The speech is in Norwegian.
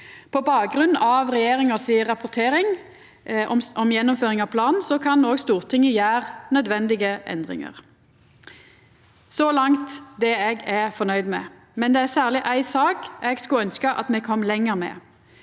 På bakgrunn av regjeringa si rapportering om gjennomføring av planen kan Stortinget gjera nødvendige endringar. Så langt om det eg er fornøgd med. Det er særleg éi sak eg skulle ønskt at me kom lenger med.